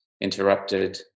interrupted